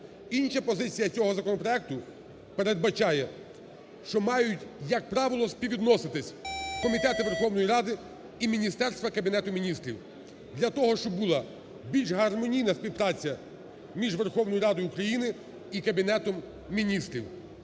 Інша позиція цього законопроекту передбачає, що мають, як правило, співвідноситися комітети Верховної Ради і міністерства Кабінету Міністрів для того, щоб була більш гармонійна співпраця між Верховною Радою України і Кабінетом Міністрів.